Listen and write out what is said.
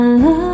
love